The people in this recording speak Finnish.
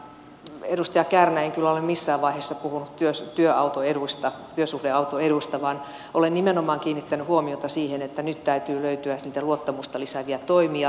ja edustaja kärnä en kyllä ole missään vaiheessa puhunut työsuhdeautoedusta vaan olen nimenomaan kiinnittänyt huomiota siihen että nyt täytyy löytyä niitä luottamusta lisääviä toimia